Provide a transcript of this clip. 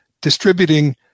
distributing